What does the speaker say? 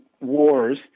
wars